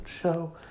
show